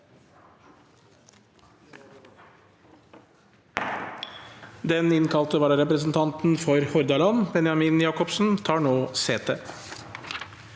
Den innkalte vararepresen- tanten for Hordaland, Benjamin Jakobsen, tar nå